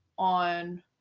on